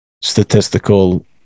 statistical